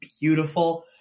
beautiful